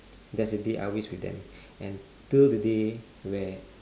that's the day I always with them and till the day where